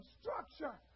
structure